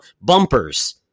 bumpers